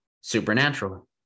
supernatural